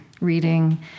reading